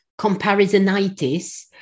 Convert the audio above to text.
comparisonitis